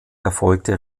erfolgte